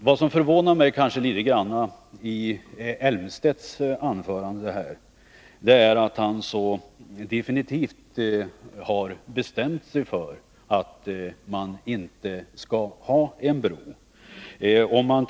Vad som förvånade mig litet grand i Claes Elmstedts anförande var att han så definitivt har bestämt sig för att man inte skall ha en bro.